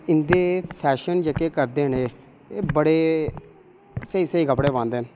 इं'दे फैशन जेह्के करदे एह् एह् बड़े स्हेई स्हेई कपड़े पांदे न